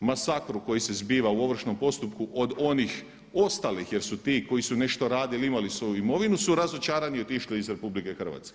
masakru koji se zbiva u ovršnom postupku od onih ostalih jer su ti koji su nešto radili imali svoju imovinu su razočarani otišli iz RH.